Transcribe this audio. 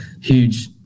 huge